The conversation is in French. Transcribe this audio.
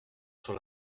sur